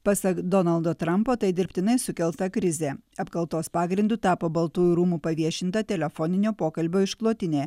pasak donaldo trampo tai dirbtinai sukelta krizė apkaltos pagrindu tapo baltųjų rūmų paviešinta telefoninio pokalbio išklotinė